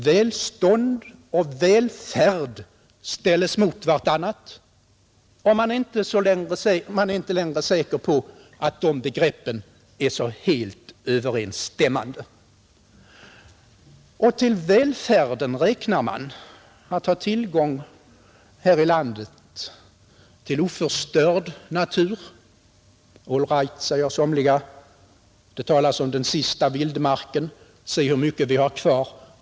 Välstånd och välfärd ställes mot varandra, och man är inte längre säker på att de begreppen är så helt överensstämmande. Till välfärden räknar man att ha tillgång här i landet till oförstörd natur. All right, säger somliga, det talas om den sista vildmarken, men se hur mycket vi har kvar!